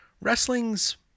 wrestling's